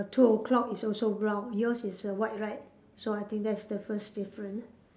two O-clock is also brown yours is err white right so I think that's the first different